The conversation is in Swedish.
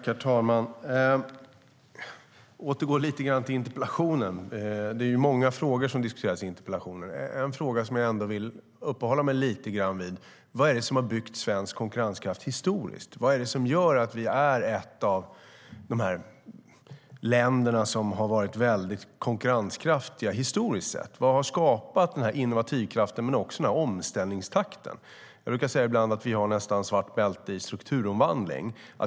Herr talman! Jag ska återgå lite grann till interpellationen. Det är många frågor som diskuteras i interpellationen. En fråga som jag ändå vill uppehålla mig lite grann vid är: Vad är det som har byggt svensk konkurrenskraft historiskt? Vad är det som gör att vi är ett av de länder som har varit mycket konkurrenskraftiga historiskt sett? Vad har skapat denna innovationskraft och denna omställningstakt? Jag brukar ibland säga att vi nästan har svart bälte i strukturomvandling.